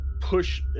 push